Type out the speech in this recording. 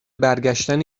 برگشتن